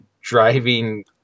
driving